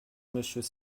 monsieur